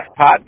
podcast